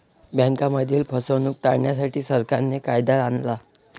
बँकांमधील फसवणूक टाळण्यासाठी, सरकारने कायदा आणला